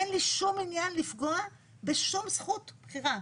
אין לי שום עניין לפגוע בשום זכות בחירה.